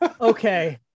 okay